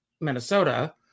Minnesota